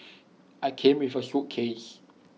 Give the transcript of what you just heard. I came with A suitcase